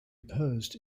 opposed